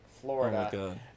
Florida